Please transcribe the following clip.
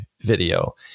video